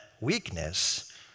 weakness